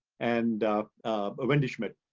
and ah wendy schmidt.